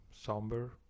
somber